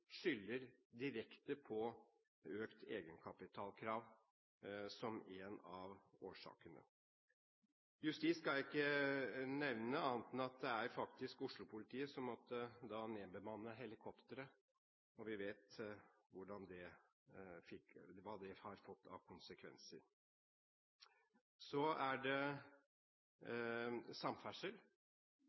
direkte økt egenkapitalkrav som en av årsakene. Justis skal jeg ikke nevne, annet enn at det faktisk var Oslo-politiet som måtte nedbemanne helikopteret. Vi vet hva det har fått av konsekvenser. Så er det samferdsel.